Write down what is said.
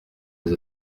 les